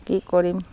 কি কৰিম